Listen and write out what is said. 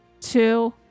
two